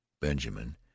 Benjamin